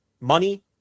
money